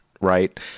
right